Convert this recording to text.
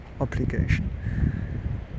obligation